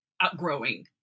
outgrowing